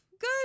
good